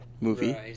movie